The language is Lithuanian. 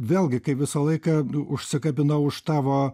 vėlgi kaip visą laiką užsikabinau už tavo